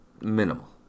minimal